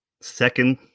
second